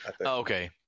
okay